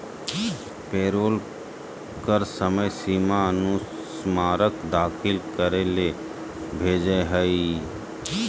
payroll कर समय सीमा अनुस्मारक दाखिल करे ले भेजय हइ